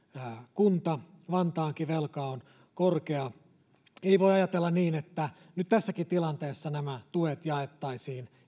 kunta vantaankin velka on korkea ei voi ajatella niin että nyt tässäkin tilanteessa nämä tuet jaettaisiin